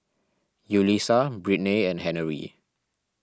Yulisa Brittnay and Henery